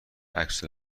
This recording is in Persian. عکس